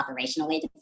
operationally